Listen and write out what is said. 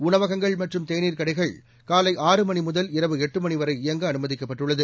உணவகங்கள் மற்றும் தேநீர் கடைகள் காலை ஆறு மணி முதல் இரவு எட்டு மணி வரை இயங்க அனுமதிக்கப்பட்டுள்ளது